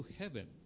heaven